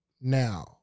now